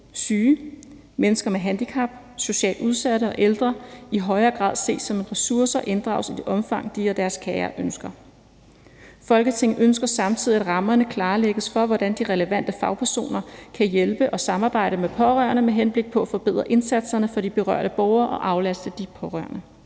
syge, mennesker med handicap, socialt udsatte og ældre i højere grad ses som en ressource og inddrages i det omfang, de og deres kære ønsker. Folketinget ønsker samtidig, at rammerne klarlægges for, hvordan de relevante fagpersoner kan hjælpe og samarbejde med pårørende med henblik på at forbedre indsatserne for de berørte borgere og aflaste de pårørende.